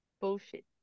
Bullshit